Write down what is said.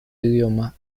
idioma